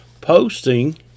posting